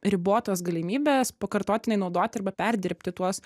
ribotos galimybės pakartotinai naudot arba perdirbti tuos